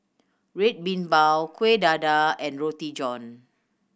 Red Bean Bao Kueh Dadar and Roti John